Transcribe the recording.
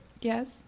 Yes